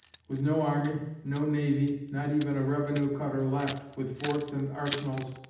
with no army, no navy, not even a revenue cutter left with forts and arsenals,